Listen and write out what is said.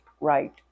right